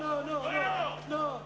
no no no